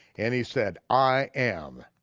and he said i am